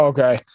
Okay